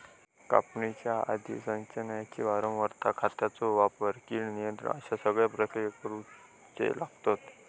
कापणीच्या आधी, सिंचनाची वारंवारता, खतांचो वापर, कीड नियंत्रण अश्ये सगळे प्रक्रिया करुचे लागतत